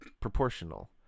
proportional